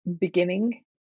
Beginning